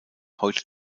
heute